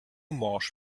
morsch